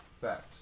Facts